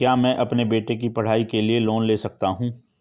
क्या मैं अपने बेटे की पढ़ाई के लिए लोंन ले सकता हूं?